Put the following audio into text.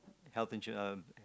health insured uh